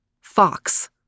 fox